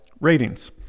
ratings